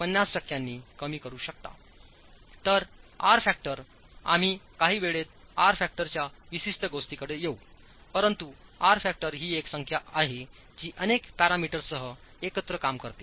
तर R factor आम्हीकाही वेळात आर फॅक्टरच्या विशिष्टगोष्टीकडेयेऊपरंतु आर फॅक्टर ही एक संख्या आहे जी अनेक पॅरामीटर्ससह एकत्र काम करते